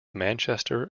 manchester